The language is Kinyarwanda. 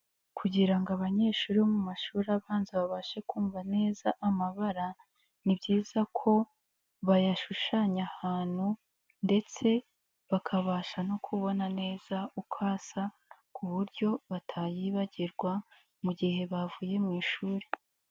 Kugira ngo abanyeshuri bo mu mashuri abanza babashe kumva neza amabara, ni byiza ko bayashushanya ahantu ndetse bakabasha no kubona neza uko asa ku buryo batayibagirwa mu gihe bavuye mu ishuri.